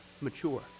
mature